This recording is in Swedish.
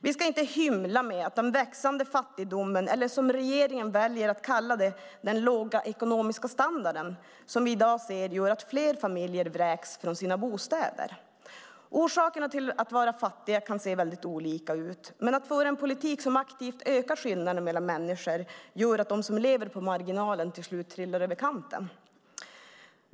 Vi ska inte hymla med att den växande fattigdomen - eller, som regeringen väljer att kalla det, den låga ekonomiska standarden - som vi i dag ser gör att fler familjer vräks från sina bostäder. Orsakerna till att människor är fattiga kan se väldigt olika ut. Men om man för en politik som aktivt ökar skillnaderna mellan människor gör det att de som lever på marginalen till slut trillar över kanten.